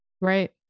Right